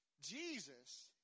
Jesus